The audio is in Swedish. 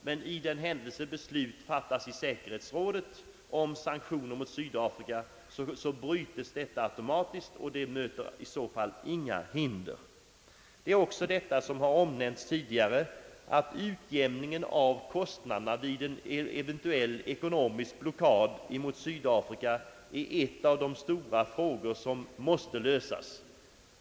Men i händelse beslut fattas i säkerhetsrådet om sanktioner mot Sydafrika, så bryts detta avtal automatiskt utan några som helst hinder. Utjämningen av kostnaderna vid en eventuell ekonomisk blockad mot Sydafrika är — som också tidigare har omnämnts — en av de stora frågor som måste lösas.